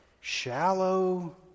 shallow